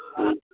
ह्म्म